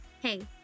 Hey